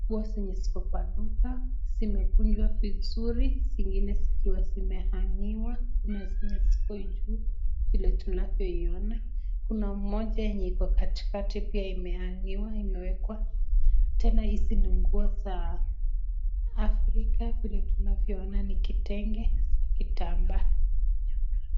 Nguo zenye ziko kwa duka, zimekunjwa vizuri zingine zikiwa zime hangiwa kuna zenye ziko juu vile tunavyoiona, kuna moja yenye iko katikati pia imehangiwa imewekwa, tena hizi ni nguo za afrika vile tunavyoona ni kitenge za kitambaa.